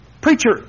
preacher